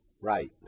right